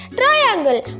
triangle